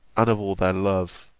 and of all their love.